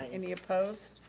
any opposed?